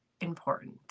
important